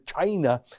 China